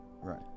Right